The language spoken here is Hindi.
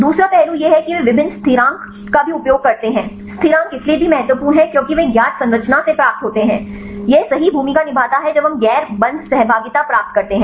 दूसरा पहलू यह है कि वे विभिन्न स्थिरांक various constants का भी उपयोग करते हैं स्थिरांक इसलिए भी महत्वपूर्ण हैं क्योंकि वे एक ज्ञात संरचना से प्राप्त होते हैं यह सही भूमिका निभाता है जब हम गैर बंध सहभागिता प्राप्त करते हैं